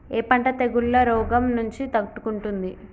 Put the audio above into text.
ఏ పంట తెగుళ్ల రోగం నుంచి తట్టుకుంటుంది?